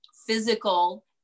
physical